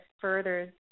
further